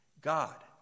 God